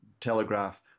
Telegraph